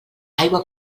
aigua